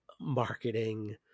marketing